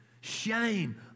Shame